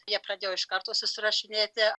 jie pradėjo iš karto susirašinėti